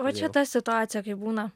vat šita situacija kai būna